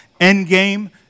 Endgame